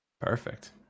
perfect